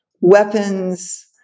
weapons